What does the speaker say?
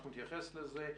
אנחנו נתייחס לזה,